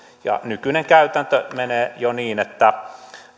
jo nykyinen käytäntö menee niin että